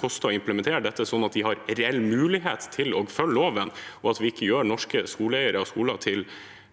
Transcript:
koster å implementere dette, slik at de har reell mulighet til å følge loven – at vi ikke gjør at norske skoleeiere og skoler